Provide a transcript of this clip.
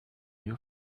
you